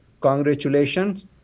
congratulations